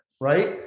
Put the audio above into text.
right